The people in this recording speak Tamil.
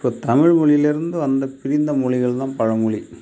இப்போ தமிழ்மொழியில் இருந்து வந்த பிரிந்த மொழிகள் தான் பலமொழி